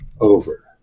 over